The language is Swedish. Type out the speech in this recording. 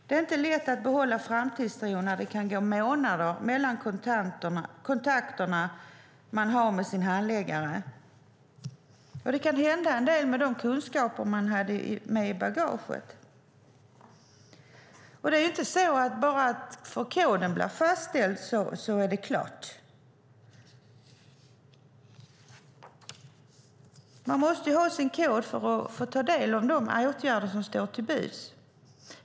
Det är inte lätt att behålla framtidstron när det kan gå månader mellan kontakterna man har med sin handläggare. Det kan hända en del med de kunskaper man hade med i bagaget. Det är inte heller så att det hela är klart bara för att koden fastställs. Man måste ha sin kod för att få ta del av de åtgärder som står till buds.